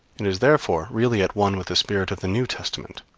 and is therefore really at one with the spirit of the new testament,